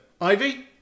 Ivy